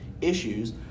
issues